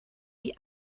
die